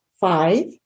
Five